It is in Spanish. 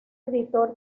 editor